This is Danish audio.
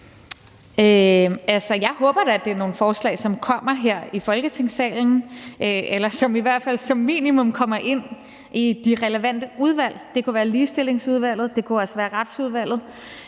Jeg håber da, at det er nogle forslag, som kommer her i Folketingssalen, eller som i hvert fald som minimum kommer ind i de relevante udvalg. Det kunne være Ligestillingsudvalget, det kunne være Retsudvalget,